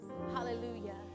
Hallelujah